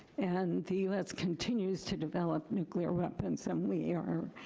and the us continues to develop nuclear weapons, and we are.